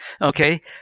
okay